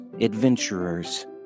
adventurers